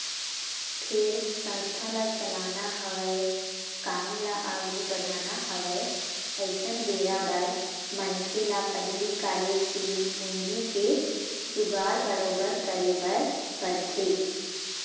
फेर संस्था ल चलाना हवय काम ल आघू बढ़ाना हवय अइसन बेरा बर मनखे ल पहिली कार्यसील पूंजी के जुगाड़ बरोबर करे बर परथे